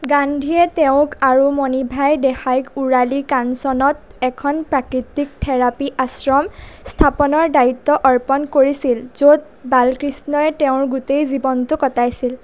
গান্ধীয়ে তেওঁক আৰু মণিভাই দেশাইক উৰালি কাঞ্চনত এখন প্ৰাকৃতিক থেৰাপি আশ্ৰম স্থাপনৰ দায়িত্ব অৰ্পণ কৰিছিল য'ত বালকৃষ্ণই তেওঁৰ গোটেই জীৱনটো কটাইছিল